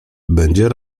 będzie